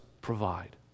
provide